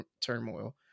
turmoil